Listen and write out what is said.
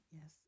Yes